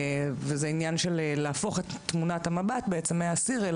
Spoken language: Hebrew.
וזה עניין של להפוך את תמונת המבט מהאסיר אל